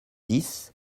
dix